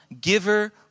giver